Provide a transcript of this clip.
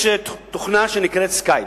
יש תוכנה שנקראת "סקייפ".